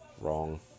Wrong